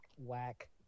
whack